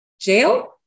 Jail